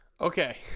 Okay